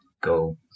go